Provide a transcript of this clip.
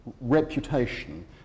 reputation